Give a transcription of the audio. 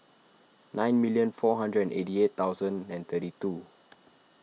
nine million four hundred eighty eight thousand and thirty two